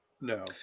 No